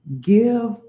give